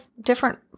different